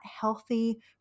healthy